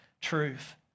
truth